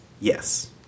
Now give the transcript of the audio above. yes